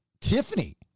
Tiffany